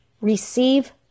receive